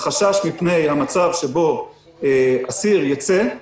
החשש מפני המצב שבו אסיר ייצא,